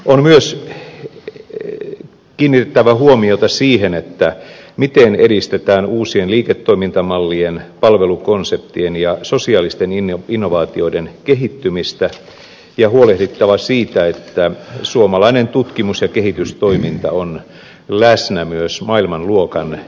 on myös kiinnitettävä huomiota siihen miten edistetään uusien liiketoimintamallien palvelukonseptien ja sosiaalisten innovaatioiden kehittymistä ja huolehdittava siitä että suomalainen tutkimus ja kehitystoiminta on läsnä myös maailmanluokan innovaatiokeskittymissä